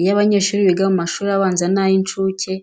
Iyo abanyeshuri biga mu mashuri abanza n'ay'incuke